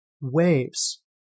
waves